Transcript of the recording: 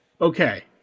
Okay